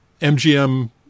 MGM